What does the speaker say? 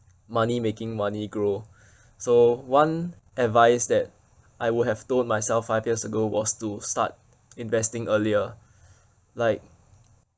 money making money grow so one advice that I would have told myself five years ago was to start investing earlier like